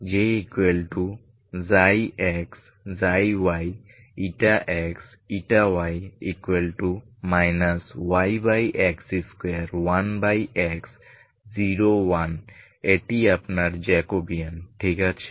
Jx y x y yx2 1x 0 1 এটি আপনার Jacobian ঠিক আছে